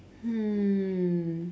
hmm